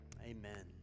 amen